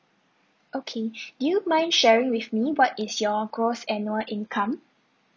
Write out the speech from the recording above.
okay do you mind sharing with me what is your gross annual income